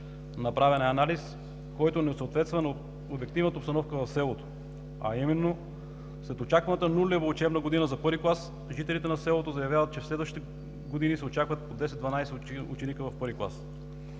Направен е анализ, който не съответства на обективната обстановка в селото, а именно – след очакваната нулева учебна година за първи клас, жителите на селото заявяват, че в следващите години се очакват по 10 – 12 ученика в първи клас.